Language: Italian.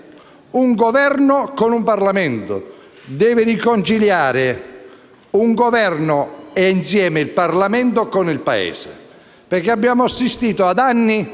un Governo con un Parlamento; deve riconciliare un Governo, e insieme il Parlamento, con il Paese.